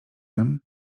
tym